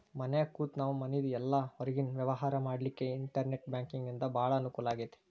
ಮನ್ಯಾಗ್ ಕೂತ ನಾವು ಮನಿದು ಇಲ್ಲಾ ಹೊರ್ಗಿನ್ ವ್ಯವ್ಹಾರಾ ಮಾಡ್ಲಿಕ್ಕೆ ಇನ್ಟೆರ್ನೆಟ್ ಬ್ಯಾಂಕಿಂಗಿಂದಾ ಭಾಳ್ ಅಂಕೂಲಾಗೇತಿ